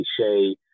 cliche